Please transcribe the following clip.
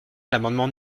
l’amendement